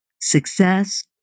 Success